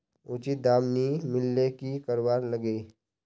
उचित दाम नि मिलले की करवार लगे?